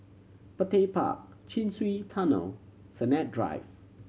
Petir Park Chin Swee Tunnel Sennett Drive